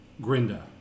Grinda